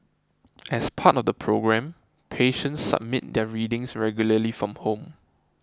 as part of the programme patients submit their readings regularly from home